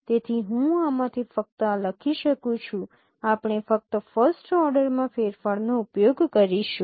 તેથી હું આમાંથી ફક્ત આ લખી શકું છું આપણે ફક્ત ફર્સ્ટ ઓર્ડરમાં ફેરફારનો ઉપયોગ કરીશું